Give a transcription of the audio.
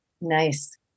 Nice